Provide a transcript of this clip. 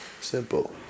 simple